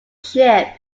ship